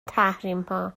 تحریمها